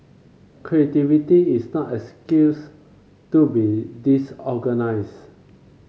creativity is no excuse to be disorganised